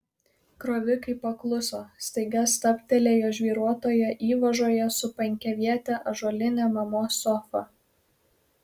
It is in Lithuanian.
krovikai pakluso staiga stabtelėjo žvyruotoje įvažoje su penkiaviete ąžuoline mamos sofa